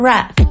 Rap